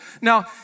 Now